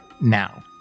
now